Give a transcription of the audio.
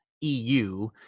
EU